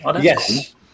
Yes